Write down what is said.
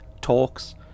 talks